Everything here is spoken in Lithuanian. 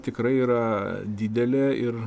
tikrai yra didelė ir